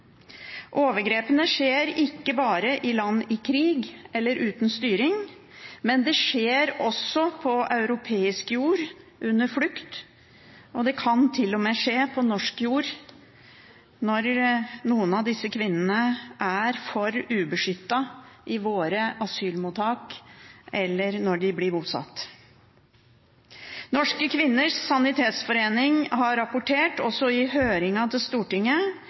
Overgrepene skjer ikke bare i land i krig eller uten styring, det skjer også på europeisk jord, under flukt. Det kan til og med skje på norsk jord når noen av disse kvinnene er for ubeskyttet i våre asylmottak, eller når de blir bosatt. Norske Kvinners Sanitetsforening rapporterte i høringen i Stortinget om hvordan de nå blir nektet adgang til